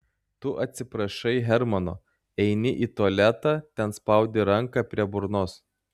tu atsiprašai hermano eini į tualetą ten spaudi ranką prie burnos